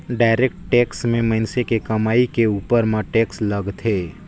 direct tax में मइनसे के कमई के उपर म टेक्स लगथे